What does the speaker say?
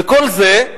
וכל זה,